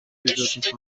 ایجاد